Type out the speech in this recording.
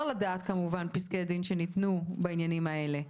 לדעת על פסקי דין שניתנו בעניינים האלה.